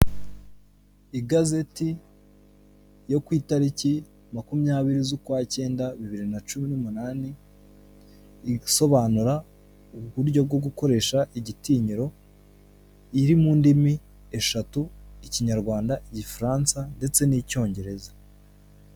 Igazeti yo ku itariki makumyabiri z'ukwa cyenda bibiri na cumi n'umunani isobanura uburyo bwo gukoresha igitinyiro, iri mu ndimi eshatu Ikinyarwanda, Igifaransa ndetse n'Icyongereza.